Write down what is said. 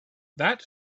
that